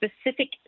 specific